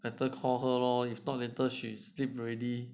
better call her lor if not later she sleep already